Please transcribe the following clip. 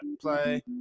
Play